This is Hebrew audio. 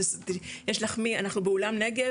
אנחנו בנגב,